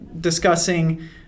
discussing